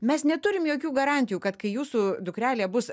mes neturim jokių garantijų kad kai jūsų dukrelė bus